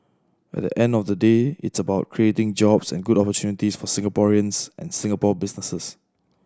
at the end of the day it's about creating jobs and good opportunity for Singaporeans and Singapore businesses